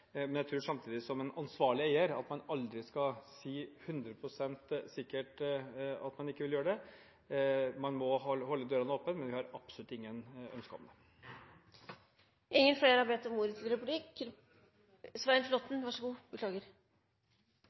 men som ansvarlig eier tror jeg samtidig at man aldri skal si 100 pst. sikkert at man ikke vil gjøre det. Man må holde dørene åpne, men vi har absolutt ingen ønsker om det. Jeg omtalte forslaget om